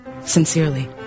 Sincerely